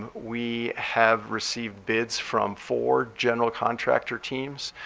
we have received bids from four general contractor teams.